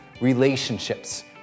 relationships